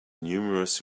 numerous